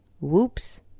Whoops